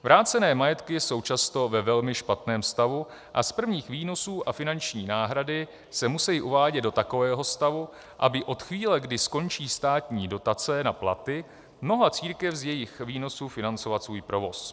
Vrácené majetky jsou často ve velmi špatném stavu a z prvních výnosů a finanční náhrady se musejí uvádět do takového stavu, aby od chvíle, kdy skončí státní dotace na platy, mohla církev z jejich výnosů financovat svůj provoz.